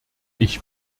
ich